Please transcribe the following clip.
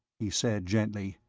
he said gently,